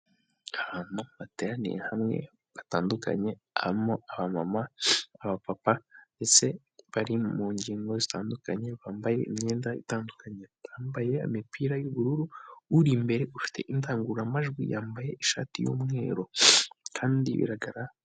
Ahantu bateraniye hamwe batandukanye harimo aba mama, aba papa ndetse bari mu ngingo zitandukanye bambaye imyenda itandukanye, yambaye imipira y'ubururu uri imbere ufite indangururamajwi yambaye ishati y'umweru kandi bigaragara.